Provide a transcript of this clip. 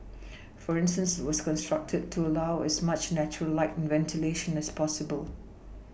for instance it was constructed to allow as much natural light and ventilation as possible